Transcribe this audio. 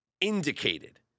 indicated